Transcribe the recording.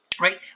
right